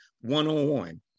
one-on-one